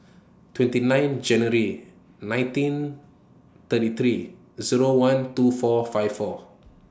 twenty nine January nineteen thirty three Zero one two four five four